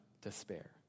despair